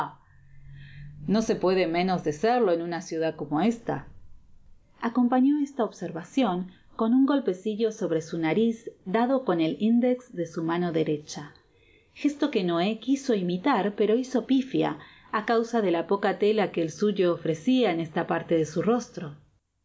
no se puede menos de serlo en una ciudad como esta acompañó esta observacion con un golpecillo sobre su nariz dado con el index de su mano derecha gesto que noé quiso imitar pero hizo pifia á causa de la poca tela que el suyo ofrecia en esta parte de su rostro